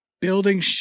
building